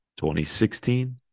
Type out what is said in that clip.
2016